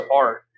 art